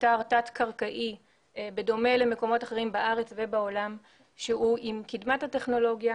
אתר תת-קרקעי בדומה למקומות אחרים בארץ ובעולם שהוא עם קדמת הטכנולוגיה,